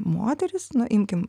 moterys nu imkim